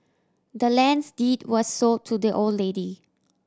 the land's deed was sold to the old lady